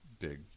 big